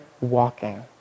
walking